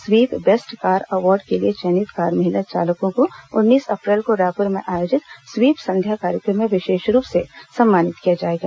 SVEEP best car award के लिए चयनित कार महिला चालकों को उन्नीस अप्रैल को रायपुर में आयोजित स्वीप संध्या कार्यक्रम में विशेष रूप से सम्मानित किया जाएगा